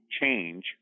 change